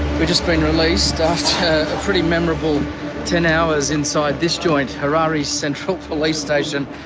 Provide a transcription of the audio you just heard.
just been released after a pretty memorable ten hours inside this joint, harare central police station,